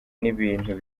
n’ibintu